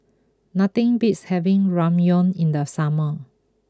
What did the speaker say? nothing beats having Ramyeon in the summer